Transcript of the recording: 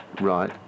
right